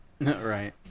right